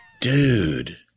Dude